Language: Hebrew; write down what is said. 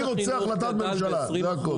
אני רוצה החלטת ממשלה, זה הכול.